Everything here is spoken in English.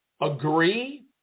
agree